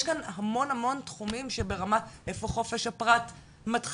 יש כאן המון המון תחומים שברמת איפה חופש הפרט מתחיל,